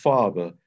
Father